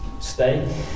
stay